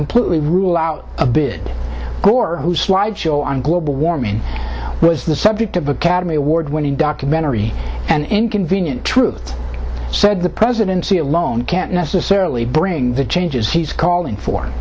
completely rule out a bit gore who slideshow on global warming was the subject of academy award winning documentary an inconvenient truth said the presidency alone can't necessarily bring the changes he's calling for